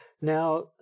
Now